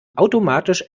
automatisch